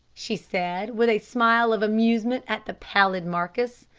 she said, with a smile of amusement at the pallid marcus.